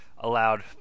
allowed